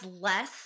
less